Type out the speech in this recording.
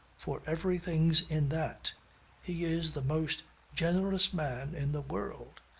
for everything's in that he is the most generous man in the world.